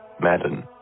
Madden